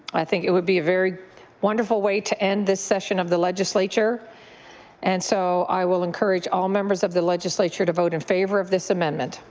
i think it would be a very wonderful way to end this session of the legislature and so i will encourage all members of the legislature to vote in favour of this amendment.